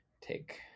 take